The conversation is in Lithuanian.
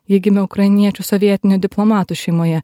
ji gimė ukrainiečių sovietinių diplomatų šeimoje